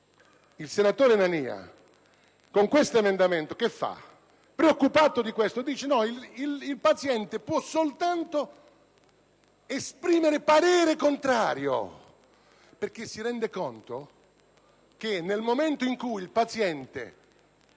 il senatore Nania ha presentato l'emendamento 2.11: preoccupato di questo, sostiene che il paziente può soltanto esprimere parere contrario, perché si rende conto che, nel momento in cui il paziente